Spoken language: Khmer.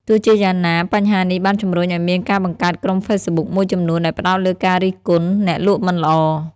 ទោះជាយ៉ាងណា បញ្ហានេះបានជំរុញឱ្យមានការបង្កើតក្រុមហ្វេសប៊ុកមួយចំនួនដែលផ្តោតលើការរិះគន់អ្នកលក់មិនល្អ។